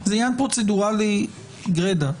זה עניין פרוצדורלי בלבד.